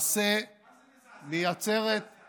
שלמעשה מייצרת, מה זה מזעזע?